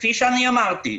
כפי שאמרתי,